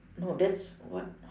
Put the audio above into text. no that's what